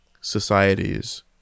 societies